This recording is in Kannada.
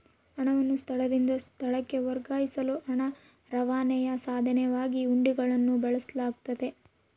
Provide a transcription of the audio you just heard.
ಹಣವನ್ನು ಸ್ಥಳದಿಂದ ಸ್ಥಳಕ್ಕೆ ವರ್ಗಾಯಿಸಲು ಹಣ ರವಾನೆಯ ಸಾಧನವಾಗಿ ಹುಂಡಿಗಳನ್ನು ಬಳಸಲಾಗ್ತತೆ